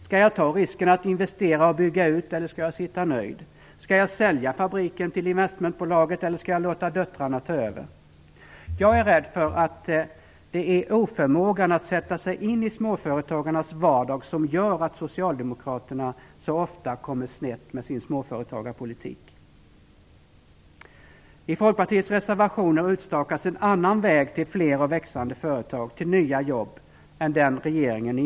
Skall jag ta risken att investera och bygga ut eller skall jag sitta nöjd? Skall jag sälja fabriken till investmentbolaget eller låta döttrarna ta över? Jag är rädd för att det är oförmågan att sätta sig in i småföretagarens vardag som gör att Socialdemokraterna så ofta kommer snett i sin småföretagarpolitik. I Folkpartiets reservationer utstakas en annan väg än den som regeringen är inne på. Den leder till fler och växande företag och därmed nya jobb.